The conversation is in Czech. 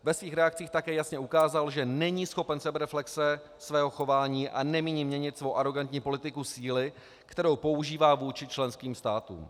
Ve svých reakcích také jasně ukázal, že není schopen sebereflexe svého chování a nemíní měnit svou arogantní politiku síly, kterou používá vůči členským státům.